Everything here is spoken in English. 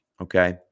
okay